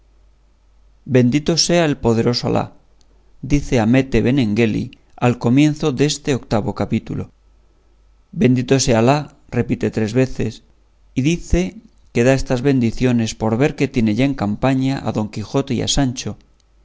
bendito sea el poderoso alá dice hamete benengeli al comienzo deste octavo capítulo bendito sea alá repite tres veces y dice que da estas bendiciones por ver que tiene ya en campaña a don quijote y a sancho